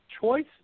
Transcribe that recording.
choice